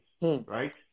right